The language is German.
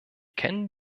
kennen